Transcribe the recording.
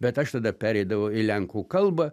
bet aš tada pereidavau į lenkų kalbą